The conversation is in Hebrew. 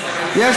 וחלילה.